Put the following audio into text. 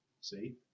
See